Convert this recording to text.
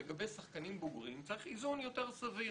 לגבי שחקנים בוגרים צריך איזון יותר סביר